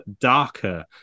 darker